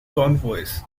convoys